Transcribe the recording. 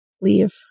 leave